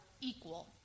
equal